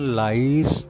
lies